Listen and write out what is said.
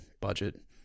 budget